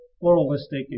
pluralistic